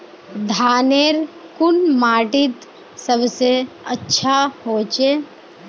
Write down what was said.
धानेर कुन माटित सबसे अच्छा होचे?